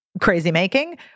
crazy-making